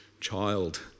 child